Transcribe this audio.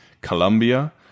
Colombia